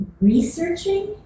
researching